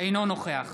אינו נוכח